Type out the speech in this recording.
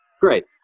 Great